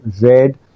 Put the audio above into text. red